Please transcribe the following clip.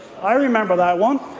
i remember that one,